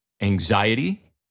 anxiety